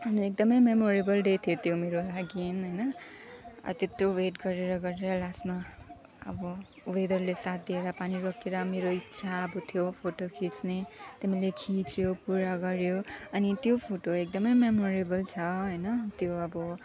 अन्त एकदमै memorable day थियो त्यो मेरो लागि होइन त्यत्रो वेट गरेर गरेर लास्टमा अब वेदरले साथ दिएर पानी रोकिएर मेरो इच्छा अब थियो अब फोटो खिच्ने त्यो मैले खिच्यो पुरा गर्यो अनि त्यो फोटो एकदमै मेमोरेबल छ होइन त्यो अब